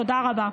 תודה רבה.